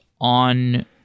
on